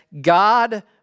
God